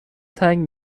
تنگ